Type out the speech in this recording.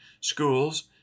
schools